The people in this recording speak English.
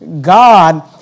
God